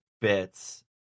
bits